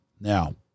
Now